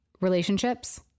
relationships